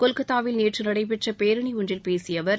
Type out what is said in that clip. கொல்கத்தாவில் நேற்று நடைபெற்ற பேரணி ஒன்றில் பேசிய அவர்